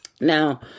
Now